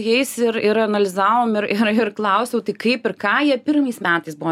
jais ir ir analizavom ir ir ir klausiau tai kaip ir ką jie pirmais metais buvo